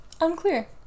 Unclear